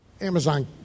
Amazon